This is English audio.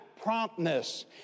promptness